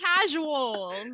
casuals